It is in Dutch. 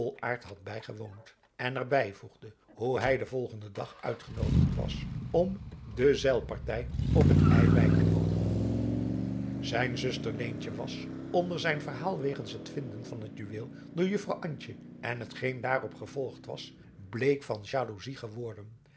had bijgewoond en er bij voegde hoe hij den volgenden dag uitgenoodigd was om de zeilpartij op het ij bij te wonen zijn zuster leentje was onder zijn verhaal wegens het vinden van het juweel door juffrouw antje en hetgeen daarop gevolgd was bleek van jaloezij geworden